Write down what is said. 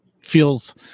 feels